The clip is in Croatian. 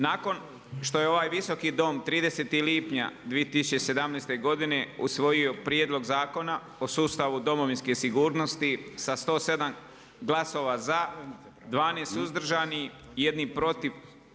Nakon što je ovaj Visoki dom 30. lipnja 2017. godine usvojio prijedlog Zakona o sustavu domovinske sigurnosti sa 107 glasova za, 12 suzdržanih, 1 protiv.